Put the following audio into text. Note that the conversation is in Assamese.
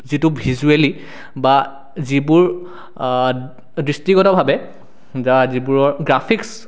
যিটো ভিজুৱেলি বা যিবোৰ দৃষ্টিগত ভাৱে যাৰ যিবোৰৰ গ্ৰাফিক্স